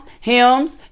hymns